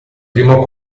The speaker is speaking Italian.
primo